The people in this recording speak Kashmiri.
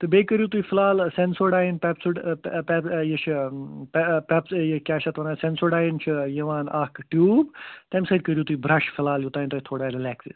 تہٕ بیٚیہِ کٔرِو تُہۍ فِلحال سینسوڈایِن پیپسو یہِ چھِ کیٛاہ چھِ اَتھ وَنان سینسوڈایِن چھُ یِوان اکھ ٹیٛوٗب تَمہِ سۭتۍ کٔرِو تُہۍ برش فِلحال یوٚتانۍ تُہۍ تھۄڑا رِلیکٕس